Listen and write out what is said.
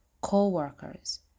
co-workers